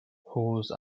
whose